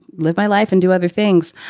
live my life and do other things.